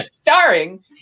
starring